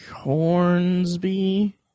Hornsby